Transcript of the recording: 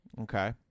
Okay